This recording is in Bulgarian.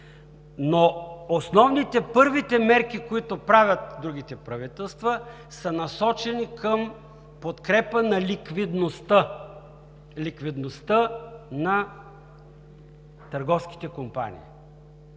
Но основните, първите мерки, които правят другите правителства, са насочени към подкрепа на ликвидността – ликвидността на търговските компании